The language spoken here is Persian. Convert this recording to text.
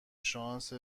شانس